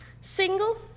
single